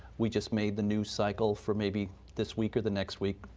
we just made the news cycle for maybe this week or the next week.